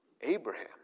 Abraham